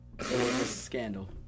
Scandal